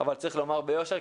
אבל צריך לומר ביושר,